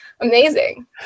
amazing